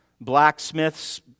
blacksmiths